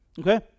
Okay